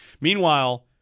Meanwhile